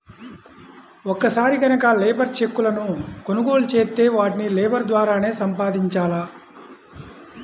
ఒక్కసారి గనక లేబర్ చెక్కులను కొనుగోలు చేత్తే వాటిని లేబర్ ద్వారానే సంపాదించాల